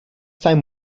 time